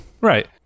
Right